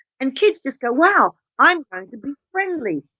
and kids just go wow, i'm going to be friendly,